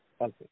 Okay